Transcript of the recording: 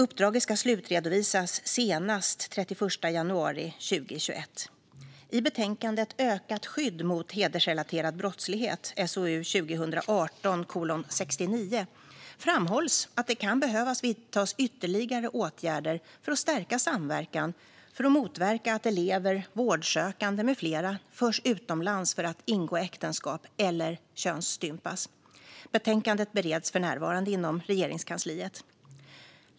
Uppdraget ska slutredovisas senast den 31 januari 2021. I betänkandet Ökat skydd mot hedersrelaterad brottslighet framhålls att det kan behöva vidtas ytterligare åtgärder för att stärka samverkan för att motverka att elever, vårdsökande med flera förs utomlands för att ingå äktenskap eller könsstympas. Betänkandet bereds för närvarande inom Regeringskansliet.